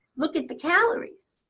look at the calories.